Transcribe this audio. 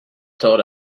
thought